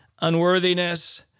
unworthiness